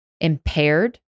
impaired